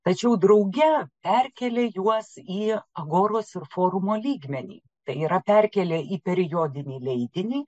tačiau drauge perkėlė juos į agoros ir forumo lygmenį tai yra perkėlė į periodinį leidinį